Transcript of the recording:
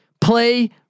Play